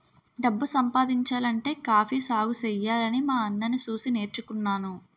డబ్బు సంపాదించాలంటే కాఫీ సాగుసెయ్యాలని మా అన్నని సూసి నేర్చుకున్నాను